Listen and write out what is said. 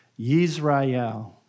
Yisrael